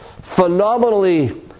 phenomenally